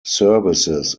services